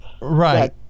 right